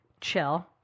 chill